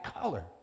color